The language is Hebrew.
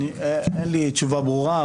אין לי תשובה ברורה,